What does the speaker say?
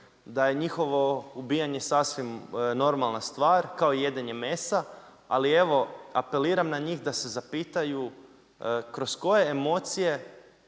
da je njihovo ubijanje sasvim normalna stvar, kao i jedenje mesa. Ali, evo apeliram na njih da se zaplitanju, kroz koje emocije,